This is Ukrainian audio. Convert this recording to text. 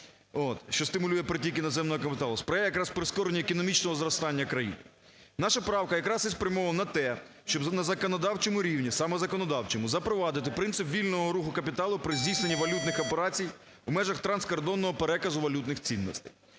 що стимулює притік іноземного капіталу, сприяє якраз прискоренню економічного зростання країн. Наша правка якраз і спрямована на те, щоб на законодавчому рівні, саме законодавчому, запровадити принцип вільного руху капіталу при здійсненні валютних операцій у межах транскордонного переказу валютних цінностей.